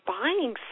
buying